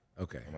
Okay